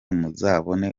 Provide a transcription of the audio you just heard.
muzabona